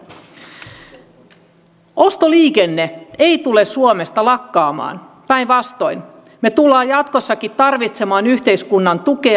ostoliikenne ei tule suomesta lakkaamaan päinvastoin me tulemme jatkossakin tarvitsemaan yhteiskunnan tukea